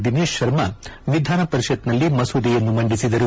ದಿನೇಶ್ ಶರ್ಮ ವಿಧಾನಪರಿಷತ್ನಲ್ಲಿ ಮಸೂದೆಯನ್ನು ಮಂಡಿಸಿದರು